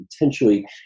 potentially